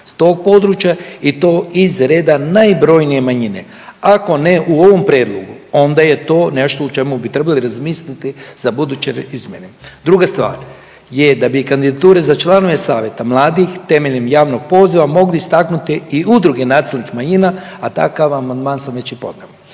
tog područja i to iz reda najbrojnije manjine. Ako ne u ovom predlogu, onda je to nešto o čemu bi trebali razmisliti za buduće izmjene. Druga stvar je da bi kandidatura za članove savjeta mladih temeljem javnih poziva mogli istaknuti i udruge nacionalnih manjina, a takav amandman sam već i podneo.